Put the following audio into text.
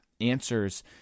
answers